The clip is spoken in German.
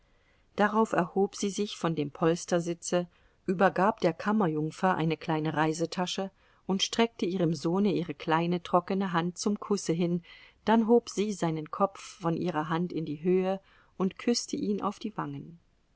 darauf erhob sie sich von dem polstersitze übergab der kammerjungfer eine kleine reisetasche und streckte ihrem sohne ihre kleine trockene hand zum kusse hin dann hob sie seinen kopf von ihrer hand in die höhe und küßte ihn auf die wangen